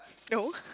no